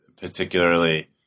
particularly